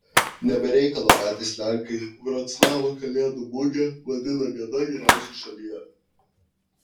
ne be reikalo patys lenkai vroclavo kalėdų mugę vadina viena geriausių šalyje